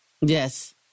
Yes